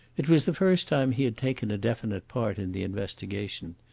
it was the first time he had taken a definite part in the investigation.